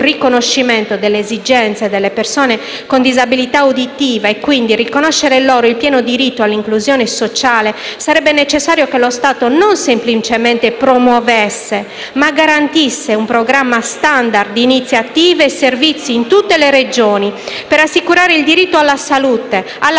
riconoscimento delle esigenze delle persone con disabilità uditiva e quindi al fine di riconoscere loro il pieno diritto all'inclusione sociale, sarebbe necessario che lo Stato non semplicemente promuovesse, ma garantisse un programma *standard* di iniziative e servizi in tutte le Regioni, per assicurare il diritto alla salute, alla